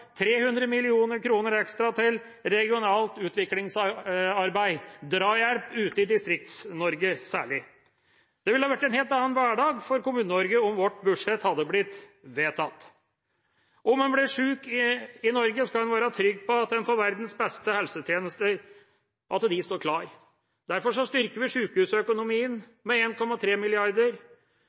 300 mill. kr ekstra til regionalt utviklingsarbeid – drahjelp ute i Distrikts-Norge særlig. Det ville ha blitt en helt annen hverdag for Kommune-Norge om vårt budsjett hadde blitt vedtatt. Om en blir syk i Norge, skal en være trygg på at en får verdens beste helsetjenester, at de står klare. Derfor styrker vi sykehusøkonomien med